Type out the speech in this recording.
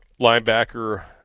linebacker